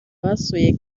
basuye